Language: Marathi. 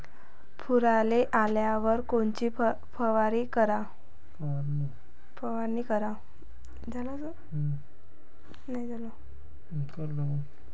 फुलाले आल्यावर कोनची फवारनी कराव?